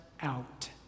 out